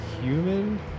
human